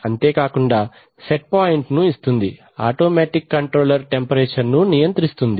అంతే కాకుండా set point ను ఇస్తుంది ఆటోమేటిక్ కంట్రోలర్ టెంపరేచర్ ను నియంత్రిస్తుంది